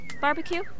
barbecue